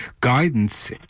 guidance